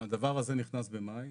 הדבר הזה נכנס במאי